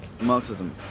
Marxism